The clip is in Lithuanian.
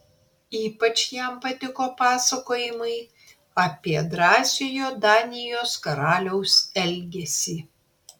ypač jam patiko pasakojimai apie drąsiojo danijos karaliaus elgesį